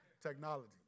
technology